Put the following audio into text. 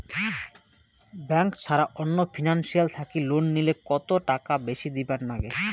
Bank ছাড়া অন্য financial থাকি লোন নিলে কতটাকা বেশি দিবার নাগে?